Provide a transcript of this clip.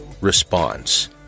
Response